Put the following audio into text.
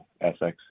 SX